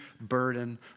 burden